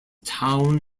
town